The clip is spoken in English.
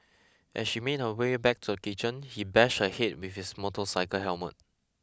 as she made her way back to the kitchen he bashed her head with his motorcycle helmet